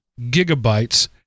gigabytes